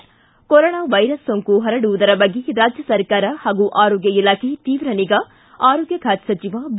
ಿ corona virus ಸೋಂಕು ಹರಡುವುದರ ಬಗ್ಗೆ ರಾಜ್ಯ ಸರ್ಕಾರ ಹಾಗೂ ಆರೋಗ್ಯ ಇಲಾಖೆ ತೀವ್ರ ನಿಗಾ ಆರೋಗ್ಲ ಖಾತೆ ಸಚಿವ ಬಿ